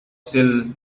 still